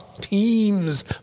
teams